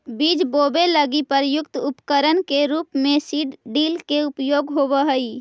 बीज बोवे लगी प्रयुक्त उपकरण के रूप में सीड ड्रिल के उपयोग होवऽ हई